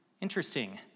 Interesting